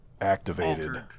Activated